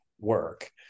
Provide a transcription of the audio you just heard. work